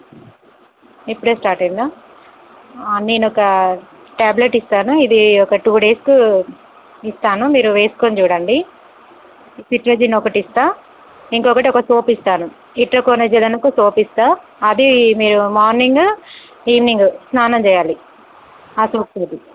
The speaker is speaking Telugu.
ఇప్పుడే స్టార్ట్ అయిందా నేనొక టాబ్లెట్ ఇస్తాను ఇది ఒక టూ డేస్కి ఇస్తాను మీరు వేసుకుని చూడండి సిట్రజిన్ ఒకటిస్తాను ఇంకొకటి ఒక సోపిస్తాను సోపిస్తాను అది మీరు మార్నింగ్ ఈవెనింగ్ స్నానం చెయ్యాలి ఆ సోప్ తోటి